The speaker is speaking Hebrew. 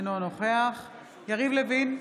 אינו נוכח יריב לוין,